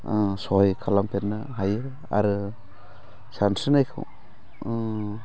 सहाय खालाम फेरनो हायो आरो सानस्रिनायखौ